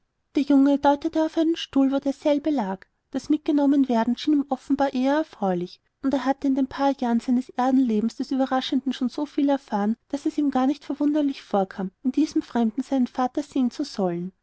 der junge deutete auf einen stuhl wo derselbe lag das mitgenommenwerden schien ihm offenbar eher erfreulich und er hatte in den paar jahren seines erdenlebens des ueberraschenden schon so viel erfahren daß es ihm gar nicht verwunderlich vorkam in diesem fremden seinen vater sehen zu sollen